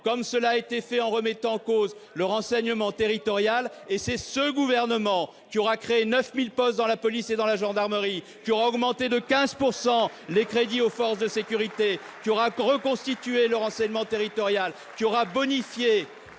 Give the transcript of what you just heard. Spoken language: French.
comme cela a été fait avec la remise en cause du Renseignement territorial. C'est ce gouvernement qui aura créé 9 000 postes dans la police et la gendarmerie, qui aura augmenté de 15 % les crédits accordés aux forces de sécurité, qui aura reconstitué le Renseignement territorial, ... Ça suffit